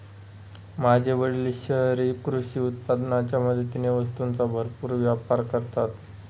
माझे वडील शहरी कृषी उत्पादनाच्या मदतीने वस्तूंचा भरपूर व्यापार करतात